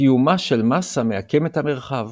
קיומה של מסה מעקם את המרחב,